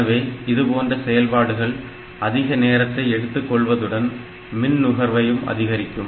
எனவே இதுபோன்ற செயல்பாடுகள் அதிக நேரத்தை எடுத்துக் கொள்வதுடன் மின் நுகர்வையும் அதிகரிக்கும்